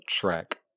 track